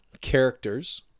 characters